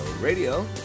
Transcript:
Radio